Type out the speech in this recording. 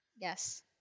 Yes